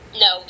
no